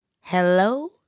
hello